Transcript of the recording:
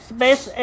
Space